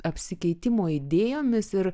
apsikeitimo idėjomis ir